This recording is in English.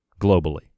globally